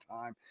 time